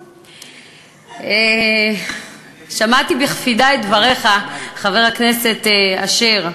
נכבדים, שמעתי בקפידה את דבריך, חבר הכנסת אשר.